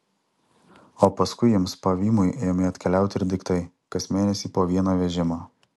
o paskui jiems pavymui ėmė atkeliauti ir daiktai kas mėnesį po vieną vežimą